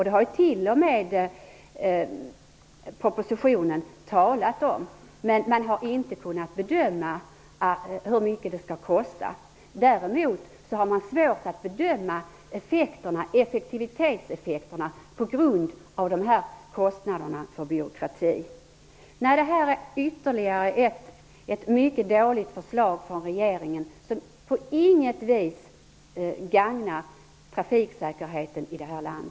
Det sägs t.o.m. i propositionen, men man har inte kunnat bedöma hur mycket det kan kosta. Man har svårt att bedöma effektiviteten på grund av kostnaderna för byråkratin. Detta är ytterligare ett mycket dåligt förslag från regeringen, som på intet vis gagnar trafiksäkerheten i detta land.